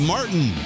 Martin